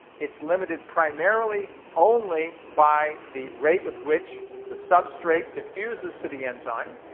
it's limited primarily only by the rate with which the substrate diffuses to the enzyme.